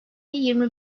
yirmi